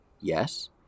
yes